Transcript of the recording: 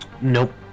Nope